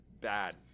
bad